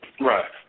Right